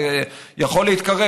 זה יכול להתקרב,